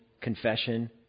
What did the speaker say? confession